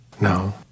No